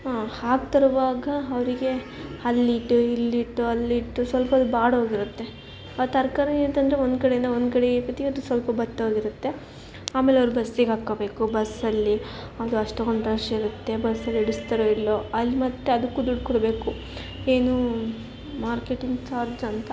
ಹಾಗೆ ತರುವಾಗ ಅವ್ರಿಗೆ ಅಲ್ ಇಟ್ಟು ಇಲ್ಲಿ ಇಟ್ಟು ಅಲ್ಲಿ ಇಟ್ಟು ಸ್ವಲ್ಪ ಅದು ಬಾಡೋಗಿರುತ್ತೆ ಆ ತರಕಾರಿ ಅಂತಂದರೆ ಒಂದು ಕಡೆಯಿಂದ ಒಂದು ಕಡೆ ಇಡ್ತೀವಿ ಅದು ಸ್ವಲ್ಪ ಬತ್ತಿ ಹೋಗಿರುತ್ತೆ ಆಮೇಲೆ ಅವರು ಬಸ್ಸಿಗೆ ಹಾಕ್ಕೋಬೇಕು ಬಸ್ಸಲ್ಲಿ ಅದು ಅಷ್ಟೊಂದು ರಶ್ ಇರುತ್ತೆ ಬಸ್ಸಲ್ಲಿ ಇಡಿಸ್ತಾರೋ ಇಲ್ವೋ ಅಲ್ಲಿ ಮತ್ತೆ ಅದಕ್ಕೂ ದುಡ್ಡು ಕೊಡಬೇಕು ಏನು ಮಾರ್ಕೆಟಿಂಗ್ ಚಾರ್ಜ್ ಅಂತ